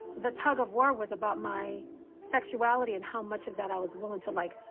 the tug of war was about my sexuality and how much of that i was willing to like,